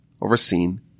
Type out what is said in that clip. overseen